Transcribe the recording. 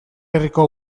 herriko